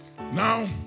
now